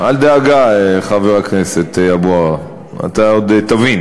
אל דאגה, חבר הכנסת אבו עראר, אתה עוד תבין.